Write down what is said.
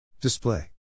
Display